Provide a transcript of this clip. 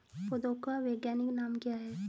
पौधों के वैज्ञानिक नाम क्या हैं?